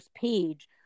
page